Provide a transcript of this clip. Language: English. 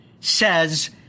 says